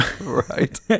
Right